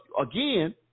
again